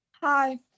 Hi